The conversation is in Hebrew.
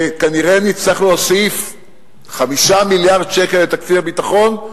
שכנראה נצטרך להוסיף 5 מיליארד שקל לתקציב הביטחון.